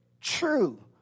true